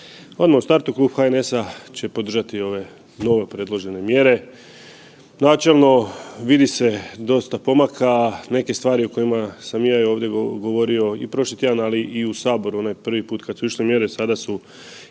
Odmah u startu klub HNS-a će podržati ove nove predložene mjere. Načelno vidi se dosta pomaka, neke stvari o kojima sam i ja ovdje govorio i prošli tjedan, ali i u Saboru onaj prvi put kada su išle mjere sada su isto i